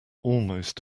almost